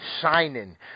Shining